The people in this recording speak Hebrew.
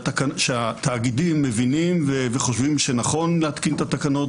התאגידים מבינים וחושבים שנכון להתקין את התקנות,